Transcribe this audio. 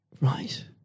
Right